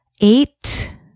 eight